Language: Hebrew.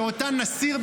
ואותן נסיר,